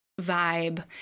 vibe